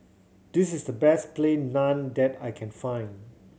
this is the best Plain Naan that I can find